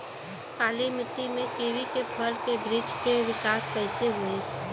काली मिट्टी में कीवी के फल के बृछ के विकास कइसे होई?